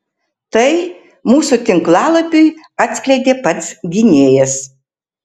tai mūsų tinklalapiui atskleidė pats gynėjas